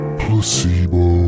placebo